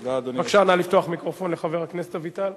בבקשה, נא לפתוח מיקרופון לחבר הכנסת אביטל.